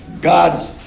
God